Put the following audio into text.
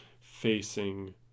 facing